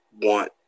want